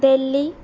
दिल्ली